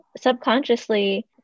subconsciously